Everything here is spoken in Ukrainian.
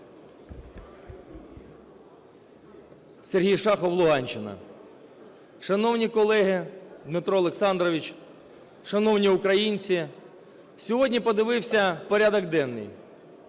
Сергій Шахов, Луганщина. Шановні колеги, Дмитро Олександрович, шановні українці! Сьогодні подивився порядок денний.